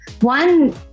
one